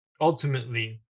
Ultimately